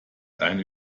einen